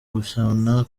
gushwana